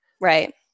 right